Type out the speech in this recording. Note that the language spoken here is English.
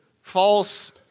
false